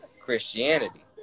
Christianity